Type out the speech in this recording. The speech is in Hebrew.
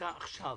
החקיקה עכשיו.